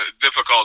Difficult